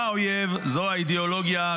האויב זה האידיאולוגיה.